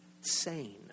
sane